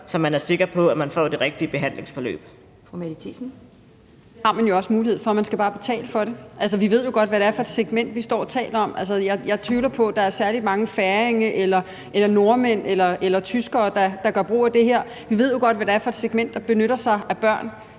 (Pia Kjærsgaard): Fru Mette Thiesen. Kl. 17:45 Mette Thiesen (NB): Det har man jo også mulighed for; man skal bare betale for det. Altså, vi ved jo godt, hvad det er for et segment, vi står og taler om. Altså, jeg tvivler på, at der er særlig mange færinger, nordmænd eller tyskere, der gør brug af det her. Vi ved jo godt, hvad det er for et segment, der benytter sig af børn